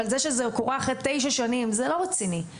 אבל זה שזה קורה אחרי תשע שנים זה לא רציני.